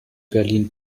berlin